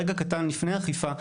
רגע קטן לפני אכיפה,